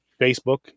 Facebook